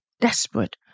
desperate